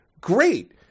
great